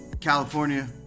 California